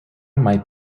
might